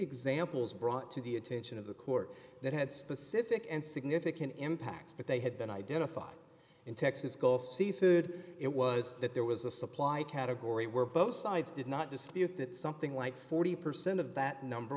examples brought to the attention of the court that had specific and significant impacts but they had been identified in texas gulf seafood it was that there was a supply category where both sides did not dispute that something like forty percent of that number